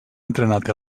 entrenat